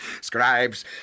Scribes